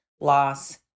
loss